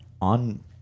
on